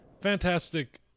fantastic